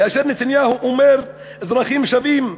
כאשר נתניהו אומר "אזרחים שווים",